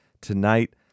Tonight